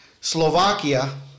Slovakia